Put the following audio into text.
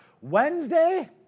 Wednesday